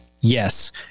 yes